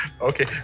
Okay